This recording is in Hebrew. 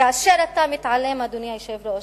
כאשר אתה מתעלם, אדוני היושב-ראש,